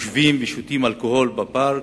ילדים בכיתה ה' יושבים ושותים אלכוהול בפארק.